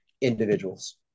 individuals